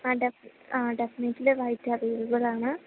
ആ definitely white അവൈലബിളാണ്